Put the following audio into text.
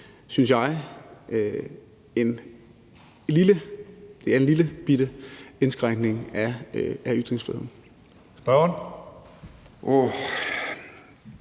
synes jeg, en lillebitte indskrænkning af ytringsfriheden.